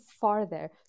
farther